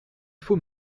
faut